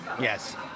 Yes